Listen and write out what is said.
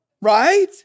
Right